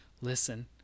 listen